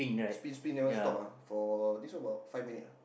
spin spin never stop ah for think so about five minute ah